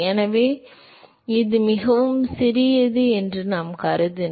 எனவே இது மிகவும் சிறியது என்று நாம் கருதினால்